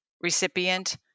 recipient